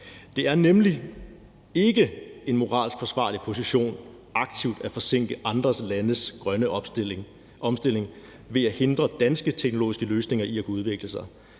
Det er nemlig ikke en moralsk forsvarlig position aktivt at forsinke andre landes grønne omstilling ved at hindre danske teknologiske løsninger i at kunne udvikle sig,